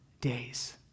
days